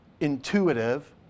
intuitive